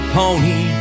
pony